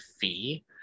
fee